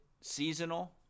Seasonal